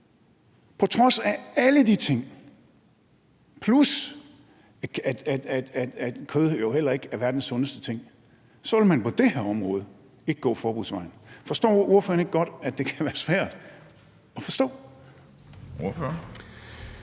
På trods af alle de ting, plus at kød jo heller ikke er verdens sundeste ting, så vil man på det her område ikke gå forbudsvejen. Forstår ordføreren ikke godt, at det kan være svært at forstå?